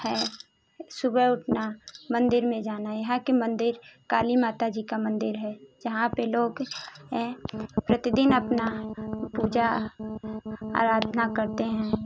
हैं सुबह उठना मंदिर में जाना यहाँ के मंदिर काली माता जी का मंदिर है जहाँ पर लोग प्रतिदिन अपना पूजा अराधना करते हैं